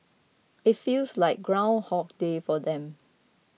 it feels like ground hog day for them